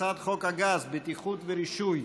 הצעת חוק הגז (בטיחות ורישוי)